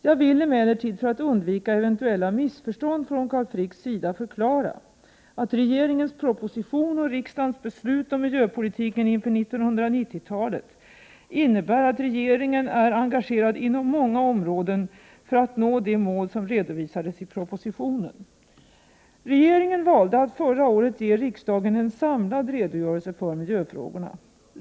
Jag vill emellertid, för att undvika eventuella missförstånd från Carl Fricks sida, förklara, att regeringens proposition och riksdagens beslut om miljöpolitiken inför 1990-talet innebär att regeringen är engagerad inom många områden för att nå de mål som redovisades i propositionen. Regeringen valde att förra året ge riksdagen en samlad redogörelse för miljöfrågorna.